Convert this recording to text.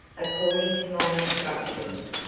according to my instructions,